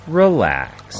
relax